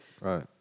Right